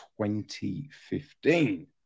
2015